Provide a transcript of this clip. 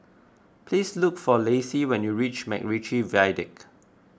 please look for Lacy when you reach MacRitchie Viaduct